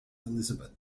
elizabeth